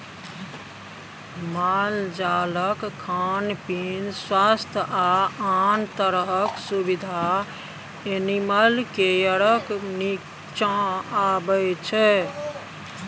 मालजालक खान पीन, स्वास्थ्य आ आन तरहक सुबिधा एनिमल केयरक नीच्चाँ अबै छै